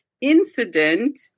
incident